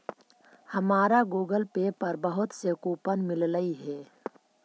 हमारा Google Pay पर बहुत से कूपन मिललई हे